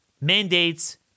Mandates